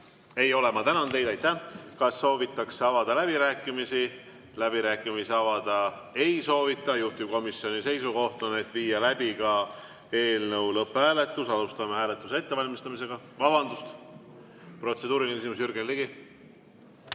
ei ole. Ma tänan teid! Kas soovitakse avada läbirääkimisi? Läbirääkimisi avada ei soovita. Juhtivkomisjoni seisukoht on viia läbi eelnõu lõpphääletus. Alustame hääletuse ettevalmistamisega. Vabandust, protseduuriline küsimus, Jürgen Ligi.